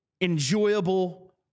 enjoyable